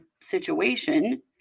situation